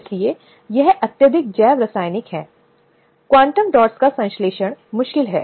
इसलिए यह कई बार सवाल पूछा जाता है कि क्या यह लिंग तटस्थ है